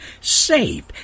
safe